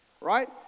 Right